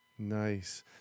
Nice